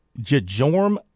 Jajorm